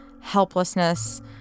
helplessness